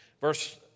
Verse